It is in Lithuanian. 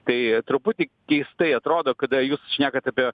tai truputį keistai atrodo kada jūs šnekate apie